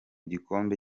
gikombe